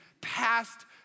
past